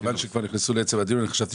כייוון שכבר נכנסו לעצם הדיון חשבתי